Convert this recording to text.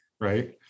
Right